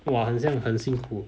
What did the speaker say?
!wah! 很像很辛苦